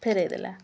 ଫେରାଇ ଦେଲା